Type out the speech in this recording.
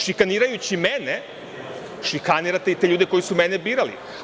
Šikanirajući mene, šikanirate i te ljude koji su mene birali.